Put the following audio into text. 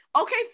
Okay